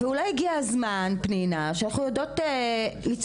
אולי הגיע הזמן, פנינה, שאנחנו יודעות לצעוק,